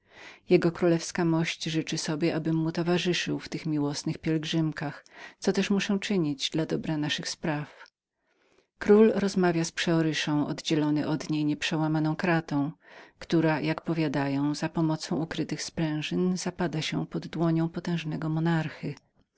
wizytek jk mość życzy sobie abym mu towarzyszył w tych miłosnych wycieczkach co też muszę czynić dla dobra naszej sprawy król rozmawia z przeoryszą przegrodzony od niej nieprzełamaną kratą która jak powiadają za pomocą ukrytych sprężyn zapada się pod dłonią potężnego monarchy